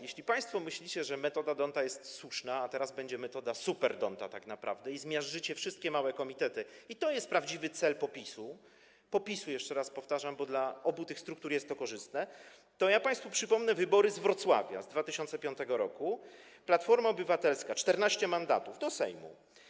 Jeśli państwo myślicie, że metoda d’Hondta jest słuszna, a teraz będzie to super d’Hondt, tak naprawdę, i zmiażdżycie wszystkie małe komitety, i to jest prawdziwy cel PO-PiS-u, PO-PiS-u, jeszcze raz powtarzam, bo dla obu tych struktur jest to korzystne, to przypomnę państwu wybory z Wrocławia z 2005 r.: Platforma Obywatelska - 14 mandatów do Sejmu.